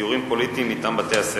סיורים פוליטיים מטעם בתי-הספר.